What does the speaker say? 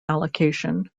allocation